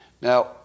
Now